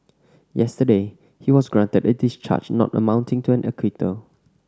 yesterday he was granted a discharge not amounting to an acquittal